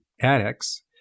addicts